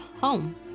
home